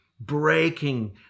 breaking